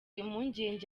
impungenge